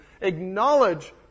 acknowledge